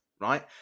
right